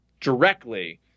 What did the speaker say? directly